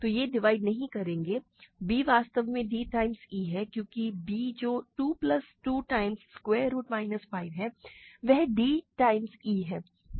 तो ये डिवाइड नहीं करेंगे और b वास्तव में d टाइम्स e है क्योंकि b जो 2 plus 2 times square root minus 5 है वह d टाइम्स e है